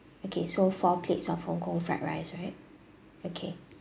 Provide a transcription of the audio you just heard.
okay so four plates of Hong-Kong fried rice right okay